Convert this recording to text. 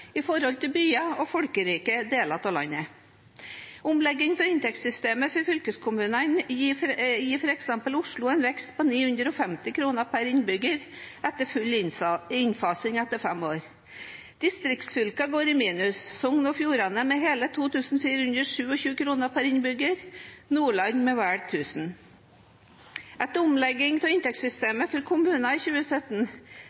i forhold til byer og folkerike deler av landet. Omleggingen av inntektssystemet for fylkeskommunene gir f.eks. Oslo en vekst på 950 kr per innbygger etter full innfasing over fem år. Distriktsfylkene går i minus – Sogn og Fjordane med hele 2 427 kr per innbygger og Nordland med vel 1 000 kr. Etter omleggingen av